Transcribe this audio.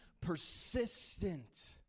persistent